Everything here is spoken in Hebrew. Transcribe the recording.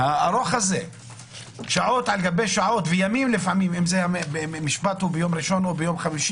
הארוך הזה שעות על גבי שעות וימים לפעמים אם המשפט הוא ביום חמישי,